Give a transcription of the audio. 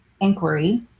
inquiry